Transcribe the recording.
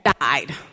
died